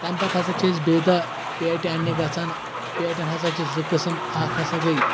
تَمہِ پَتہٕ ہسا چھِ أسۍ بیٚیہِ دوہ پیٹہِ اَنٕنہِ گژھان پیٹین ہسا چھِ زٕ قٕسم اکھ ہسا گے